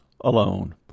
alone